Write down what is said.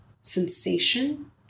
sensation